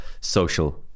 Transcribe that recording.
Social